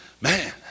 man